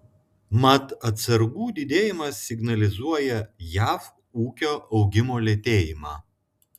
mat atsargų didėjimas signalizuoja jav ūkio augimo lėtėjimą